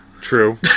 True